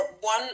one